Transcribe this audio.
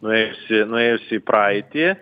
nuėjusi nuėjusi į praeitį